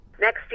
Next